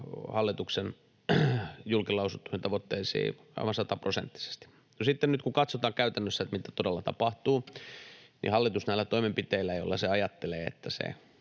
hallituksen julkilausuttuihin tavoitteisiin aivan 100-prosenttisesti. No, nyt sitten kun katsotaan käytännössä, mitä todella tapahtuu, niin hallitus näillä toimenpiteillä, joilla se ajattelee, että se